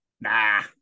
Nah